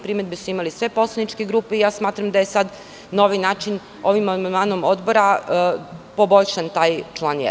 Primedbe su imale sve poslaničke grupe i smatram da je sada na ovaj način, ovim amandmanom Odbora poboljšan taj član 1.